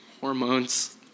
hormones